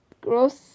gross